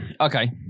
Okay